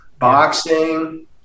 boxing